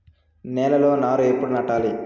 నేలలో నారు ఎప్పుడు నాటాలి?